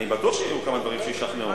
אני בטוח שיהיו כמה דברים שישכנעו.